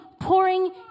Pouring